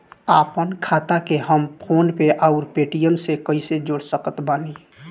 आपनखाता के हम फोनपे आउर पेटीएम से कैसे जोड़ सकत बानी?